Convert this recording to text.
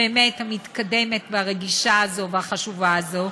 באמת, המתקדמת, הרגישה והחשובה הזו.